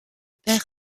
père